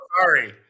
sorry